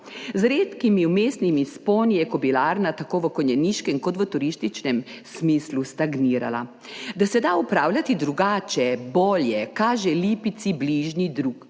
Z redkimi vmesnimi vzponi je Kobilarna tako v konjeniškem kot v turističnem smislu stagnirala. Da se da upravljati drugače, bolje kaže Lipici bližnji drugi